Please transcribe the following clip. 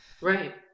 Right